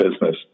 business